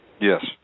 Yes